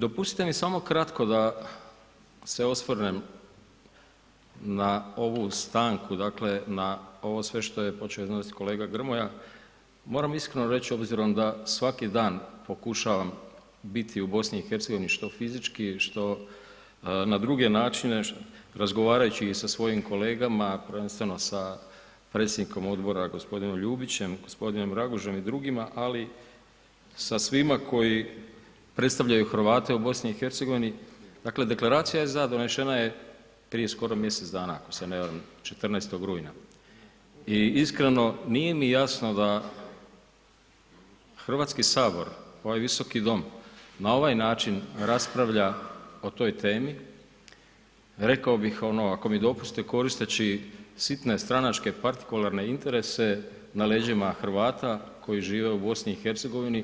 Dopustite mi samo kratko da se osvrnem na ovu stanku, dakle na ovo sve što je počeo kolega Grmoja, moram iskreno reći obzirom da svaki dan pokušavam biti u BiH-u što fizički što na druge način, razgovarajući i sa svojim kolegama, prvenstveno sa predsjednikom odbora, g. Ljubićem, g. Ragužem i drugima, ali sa svima koji predstavljaju Hrvate u BiH-u dakle deklaracija ... donešena je prije skoro mj. dana ako se ne varam, 14. rujna i iskreno nije mi jasno da Hrvatski sabor, ovaj Visoki dom na ovaj način raspravlja o toj temi, rekao bih ono ako mi dopuste, koristeći sitne stranačke partikularne interese na leđima Hrvata koji žive u BiH-u